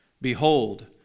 Behold